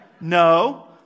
No